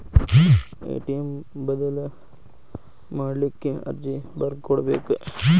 ATM ಬದಲ್ ಮಾಡ್ಲಿಕ್ಕೆ ಅರ್ಜಿ ಬರ್ದ್ ಕೊಡ್ಬೆಕ